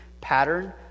pattern